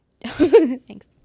Thanks